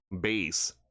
base